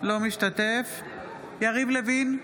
אינו משתתף בהצבעה יריב לוין,